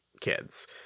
kids